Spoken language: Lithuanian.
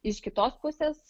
iš kitos pusės